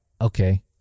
okay